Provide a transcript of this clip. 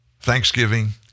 Thanksgiving